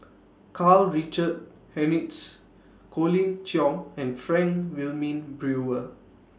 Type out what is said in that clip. Karl Richard Hanitsch Colin Cheong and Frank Wilmin Brewer